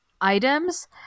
items